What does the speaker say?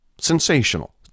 sensational